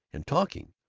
and talking!